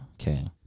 okay